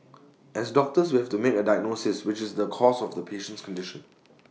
as doctors we have to make A diagnosis which is the cause of the patient's condition